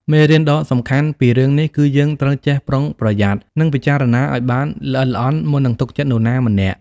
មេរៀនដ៏សំខាន់ពីរឿងនេះ គឺយើងត្រូវចេះប្រុងប្រយ័ត្ន និងពិចារណាឲ្យបានល្អិតល្អន់ មុននឹងទុកចិត្តនរណាម្នាក់។